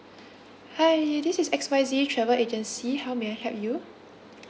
hi this is X Y Z travel agency how may I help you